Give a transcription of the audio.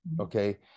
okay